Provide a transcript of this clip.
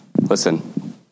Listen